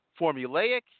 formulaic